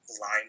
line